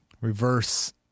reverse